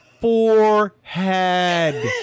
forehead